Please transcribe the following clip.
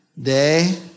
Day